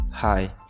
hi